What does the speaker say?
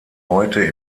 heute